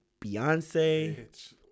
Beyonce